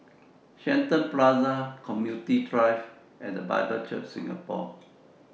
Shenton Plaza Computing Drive and The Bible Church Singapore